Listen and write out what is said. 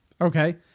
Okay